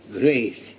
great